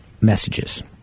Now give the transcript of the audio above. messages